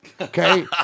Okay